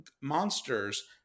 monsters